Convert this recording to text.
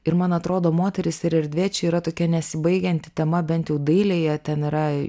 ir man atrodo moterys ir erdvė čia yra tokia nesibaigianti tema bent jau dailėje ten yra